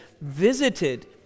visited